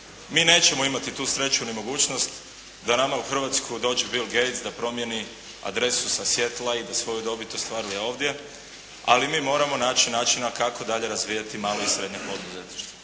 mi nećemo imati tu sreću ni mogućnost da nama u Hrvatsku dođe Bill Gates da promijeni adresu sa Seatllea i da svoju dobit ostvaruje ovdje ali mi moramo naći načina kako dalje razvijati malo i srednje